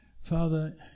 Father